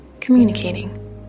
Communicating